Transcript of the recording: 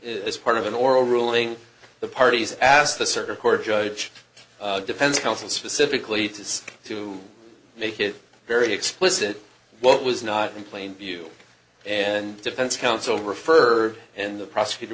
as part of an oral ruling the parties asked the circuit court judge defense counsel specifically to make it very explicit what was not in plain view and defense counsel refer and the prosecutor